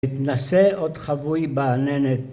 ‫התנשא עוד חבוי בעננת.